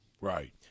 Right